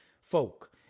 folk